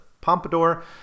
Pompadour